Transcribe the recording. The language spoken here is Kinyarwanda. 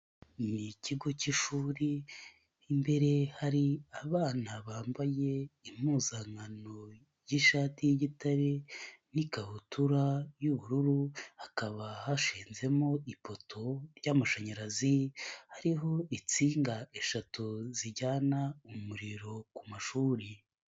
Ni ikigo cy'ishuri, imbere hari abana bambaye impuzankano y'ishati y'igitare n'ikabutura y'ubururu, hakaba hashinzemo ipoto ry'amashanyarazi hariho insinga eshatu zijyana umuriro ku mashuri.